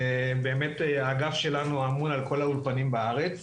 באמת האגף שלנו אמון על כל האולפנים בארץ,